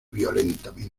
violentamente